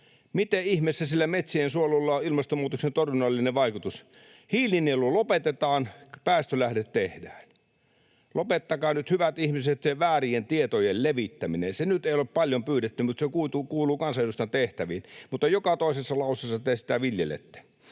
Miten ihmeessä sillä metsien suojelulla on ilmastonmuutoksen torjunnallinen vaikutus? Hiilinielu lopetetaan, päästölähde tehdään. Lopettakaa nyt hyvät ihmiset se väärien tietojen levittäminen, se nyt ei ole paljon pyydetty, mutta se kuuluu kansanedustajan tehtäviin, mutta joka toisessa lauseessa te sitä viljelette.